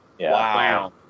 wow